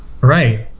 right